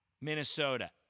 Minnesota